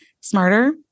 smarter